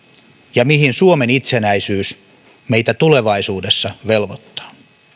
ja mihin suomen itsenäisyys meitä tulevaisuudessa velvoittaa